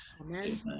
Amen